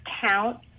Count